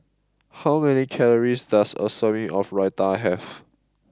how many calories does a serving of Raita have